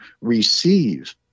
receive